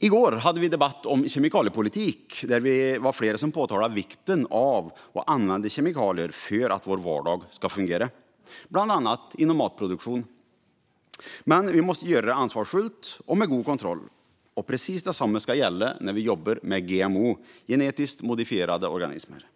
I går hade vi debatt om kemikaliepolitik. Flera av oss pekade då på vikten av att vi kan använda kemikalier för att vår vardag ska fungera, bland annat inom matproduktion. Men vi måste göra det på ett ansvarsfullt sätt och med god kontroll. Precis detsamma ska gälla när vi jobbar med GMO, genetiskt modifierade organismer.